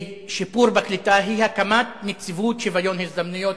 שיפור בקליטה הוא הקמת נציבות שוויון הזדמנויות